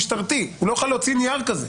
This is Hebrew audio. הוא לא יוכל להוציא נייר כזה,